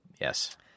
Yes